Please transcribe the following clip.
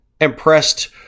impressed